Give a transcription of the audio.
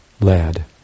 lad